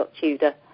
Tudor